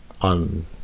on